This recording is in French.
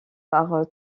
par